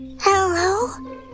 Hello